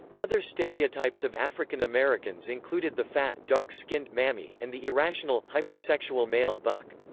other stereotypes of african americans included the fat, dark-skinned mammy and the irrational, hypersexual male buck.